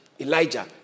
Elijah